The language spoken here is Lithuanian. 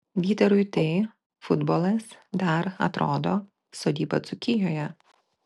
vytarui tai futbolas dar atrodo sodyba dzūkijoje